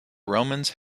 romans